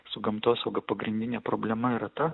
su gamtosauga pagrindinė problema yra ta